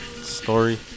story